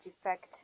effect